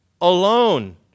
alone